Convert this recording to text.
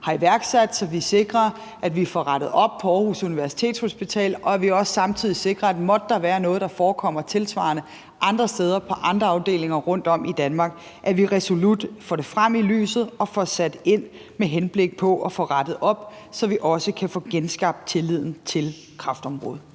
har iværksat, så vi sikrer, at vi får rettet op på Aarhus Universitetshospital, og at vi også samtidig sikrer, at måtte der være noget, der forekommer tilsvarende andre steder på andre afdelinger rundtom i Danmark, får vi det resolut frem i lyset og får sat ind med henblik på at få rettet op, så vi kan få genskabt tilliden til kræftområdet.